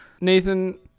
nathan